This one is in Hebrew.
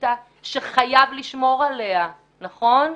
אוטוריטה שחייבים לשמור עליה, נכון?